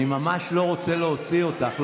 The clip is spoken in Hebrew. אני ממש לא רוצה להוציא אותך.